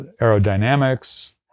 aerodynamics